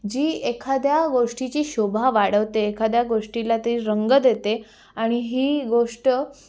जी एखाद्या गोष्टीची शोभा वाढवते एखाद्या गोष्टीला ते रंग देते आणि ही गोष्ट